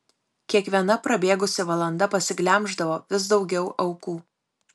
kiekviena prabėgusi valanda pasiglemždavo vis daugiau aukų